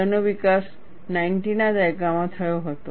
તેનો વિકાસ 90 ના દાયકામાં થયો હતો